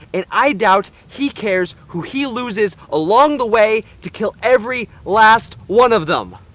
and i doubt he cares who he loses along the way to kill every last one of them!